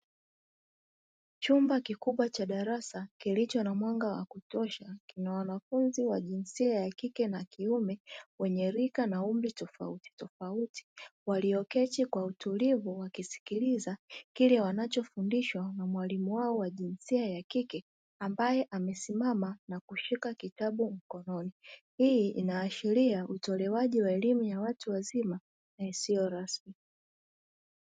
Chumba kikubwa cha darasa chenye mwanga wa kutosha, wanafunzi wa jinsia ya kike na kiume, wenye umri na rika tofauti tofauti wameketi kwa utulivu wakisikiliza wanachofundishwa na mwalimu wao wa jinsia ya kike ambaye amesimama na kushika kitabu mkononi, hii inaashiria utolewaji wa elimu ya watu wazima isiyo rasmi.